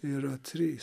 yra trys